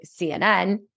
CNN